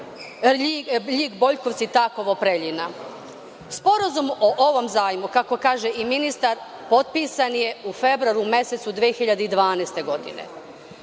Ljig – Bojkovci – Takovo – Preljina. Sporazum o ovom zajmu, kako kaže i ministar potpisan je u februaru mesecu 2012. godine.